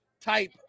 type